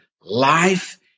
life